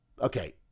Okay